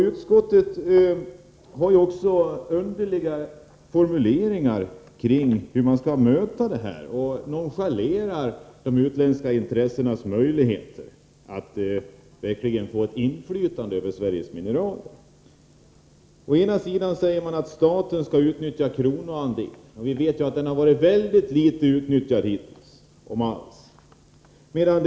Utskottet använder också underliga formuleringar när det gäller hur man skall möta denna utveckling och nonchalerar de utländska intressenas möjligheter att verkligen få inflytande över Sveriges mineraler. Å ena sidan säger man att staten skall utnyttja sin kronoandel. Vi vet att den har utnyttjats mycket litet hittills — om den alls har utnyttjats.